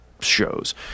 shows